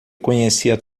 conhecia